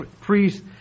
priests